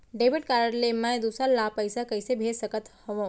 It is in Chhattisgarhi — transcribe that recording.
डेबिट कारड ले मैं दूसर ला पइसा कइसे भेज सकत हओं?